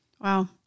Wow